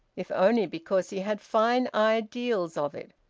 if only because he had fine ideals of it.